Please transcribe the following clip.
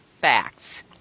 facts